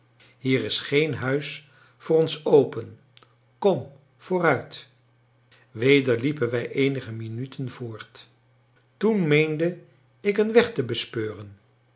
hier is geen huis voor ons open kom vooruit weder liepen wij eenige minuten voort toen meende ik een weg te bespeuren